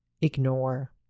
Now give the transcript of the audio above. ignore